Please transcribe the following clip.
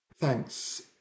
Thanks